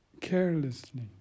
carelessly